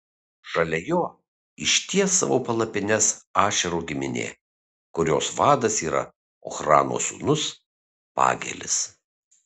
šalia jo išties savo palapines ašero giminė kurios vadas yra ochrano sūnus pagielis